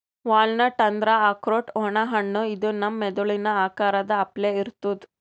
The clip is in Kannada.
ವಾಲ್ನಟ್ ಅಂದ್ರ ಆಕ್ರೋಟ್ ಒಣ ಹಣ್ಣ ಇದು ನಮ್ ಮೆದಳಿನ್ ಆಕಾರದ್ ಅಪ್ಲೆ ಇರ್ತದ್